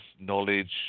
knowledge